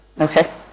Okay